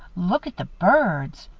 look at the birds!